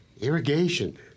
irrigation